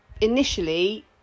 initially